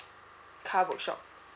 car workshop